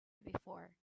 before